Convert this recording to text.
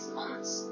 months